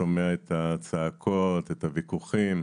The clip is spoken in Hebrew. שומע את הצעקות ואת הוויכוחים,